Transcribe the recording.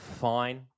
fine